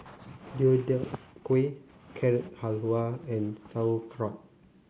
Deodeok Gui Carrot Halwa and Sauerkraut